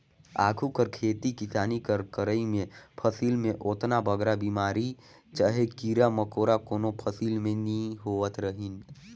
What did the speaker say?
आघु कर खेती किसानी कर करई में फसिल में ओतना बगरा बेमारी चहे कीरा मकोरा कोनो फसिल में नी होवत रहिन